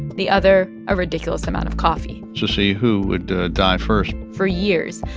the other a ridiculous amount of coffee. to see who would die first for years,